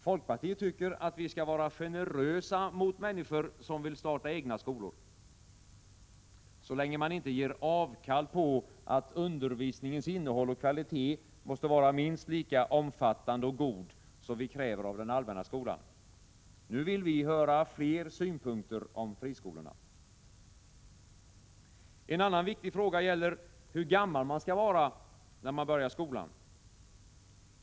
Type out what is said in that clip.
Folkpartiet tycker att vi skall vara generösa mot människor som vill starta egna skolor — så länge man inte ger avkall på kravet att undervisningen när det gäller innehåll och kvalitet skall vara minst lika omfattande och god som i den allmänna skolan. Nu vill vi höra fler synpunkter om ”friskolorna”. En annan viktig fråga gäller hur gammal man skall vara när man börjar skolan.